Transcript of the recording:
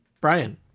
Brian